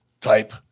type